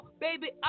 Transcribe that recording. baby